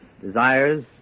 desires